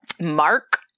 Mark